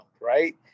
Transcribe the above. right